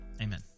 amen